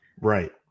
Right